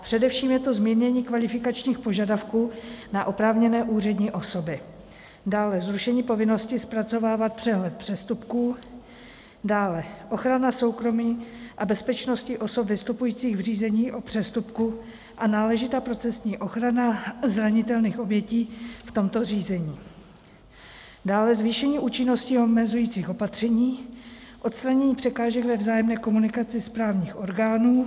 Především je to zmírnění kvalifikačních požadavků na oprávněné úřední osoby, dále zrušení povinnosti zpracovávat přehled přestupků, dále ochrana soukromí a bezpečnosti osob vystupujících v řízení o přestupku a náležitá procesní ochrana zranitelných obětí v tomto řízení, dále zvýšení účinnosti omezujících opatření, odstranění překážek ve vzájemné komunikaci správních orgánů.